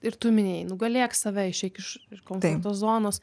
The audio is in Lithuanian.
ir tu minėjai nugalėk save išeik iš komforto zonos